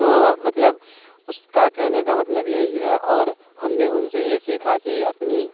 تو مطلب اس کا کہنے کا مطلب یہی ہے اور ہم نے ان سے یہ سیکھا کہ اپنی